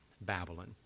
Babylon